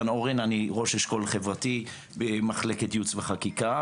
אני ראש אשכול חברתי במחלקת ייעוץ וחקיקה,